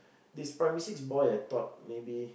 this primary six boy I taught maybe